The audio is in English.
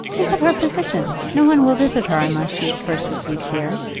think of her position. no one will visit her unless she is first received here,